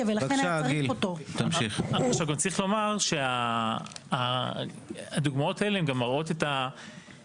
אז אתם אומרים לא צריך להעלות רמה.